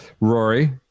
Rory